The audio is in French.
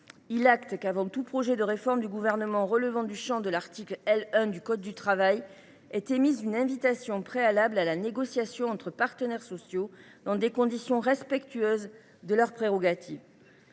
acte qu’« avant tout projet de réforme du Gouvernement relevant du champ de l’article L. 1 du code du travail » est émise « une invitation préalable à la négociation entre partenaires sociaux, dans des conditions respectueuses de leurs prérogatives